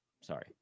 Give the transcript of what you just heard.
Sorry